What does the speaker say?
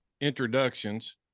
introductions